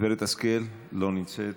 גברת השכל, לא נמצאת,